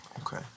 okay